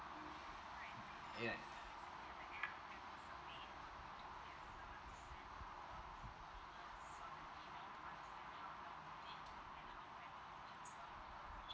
ya